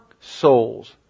souls